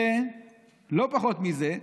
ולא פחות מזה,